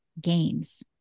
games